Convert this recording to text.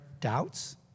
doubts